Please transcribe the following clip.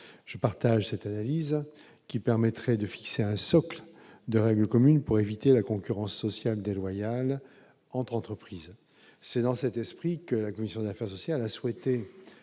je partage cette analyse, qui permettrait de fixer un socle de règles communes pour éviter la concurrence sociale déloyale entre entreprises, c'est dans cet esprit que la commission d'affaires sociales a souhaité